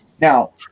Now